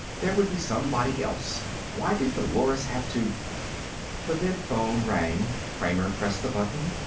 there would be somebody else. why did dolores have to the vidphone rang. kramer pressed the button.